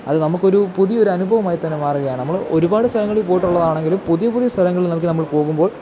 അത് നമുക്കൊരു പുതിയൊരനുഭവമായി തന്നെ മാറുകയാണ് നമ്മൾ ഒരു പാട് സ്ഥലങ്ങളിൽ പോയിട്ടുള്ളതാണെങ്കിലും പുതിയ പുതിയ സ്ഥലങ്ങളിലേക്കു നമ്മൾ പോകുമ്പോൾ